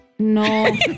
No